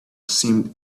seemed